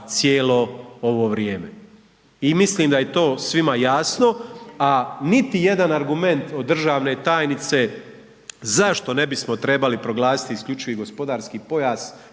cijelo ovo vrijeme. I mislim da je to svima jasno, a niti jedan argument od državne tajnice zašto ne bismo trebali proglasiti isključivi gospodarski pojas